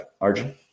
Arjun